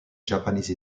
japanese